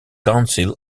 council